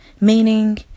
Meaning